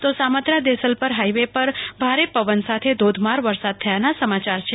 તો સામત્રા દેશલપર હાઈવે પર ભારે પવન સાથે ધોધમાર વરસાદ થયાના સમાચાર છે